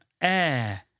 Air